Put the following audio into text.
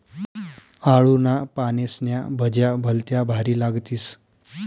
आळूना पानेस्न्या भज्या भलत्या भारी लागतीस